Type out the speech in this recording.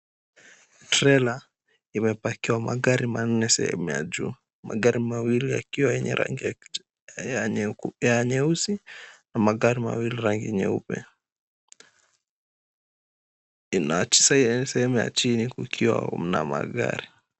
Trela imepakiwa magari manne sehemu ya juu magari mawili yakiwa ya nyeusi na magari mawili rangi nyeupe, sehemu ya chini kukiwa na magari.